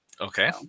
Okay